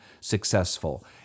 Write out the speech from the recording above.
successful